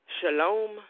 shalom